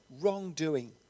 wrongdoing